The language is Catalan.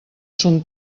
son